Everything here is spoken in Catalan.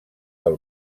del